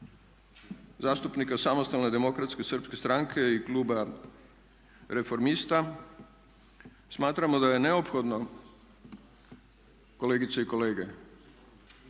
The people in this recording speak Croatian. zastupnika Samostalne demokratske srpske stranke i kluba Reformista smatramo da je neophodno, kolegice i kolege,